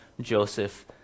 joseph